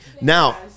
Now